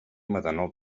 metanol